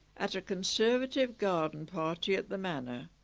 at a conservative garden party at the manor